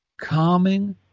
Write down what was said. calming